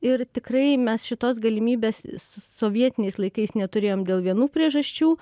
ir tikrai mes šitos galimybės sovietiniais laikais neturėjom dėl vienų priežasčių